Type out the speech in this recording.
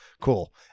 cool